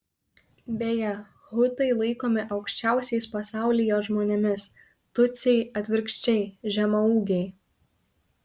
beje hutai laikomi aukščiausiais pasaulyje žmonėmis tutsiai atvirkščiai žemaūgiai